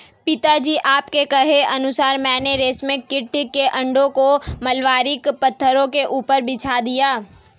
पिताजी आपके कहे अनुसार मैंने रेशम कीट के अंडों को मलबरी पत्तों के ऊपर बिछा दिया है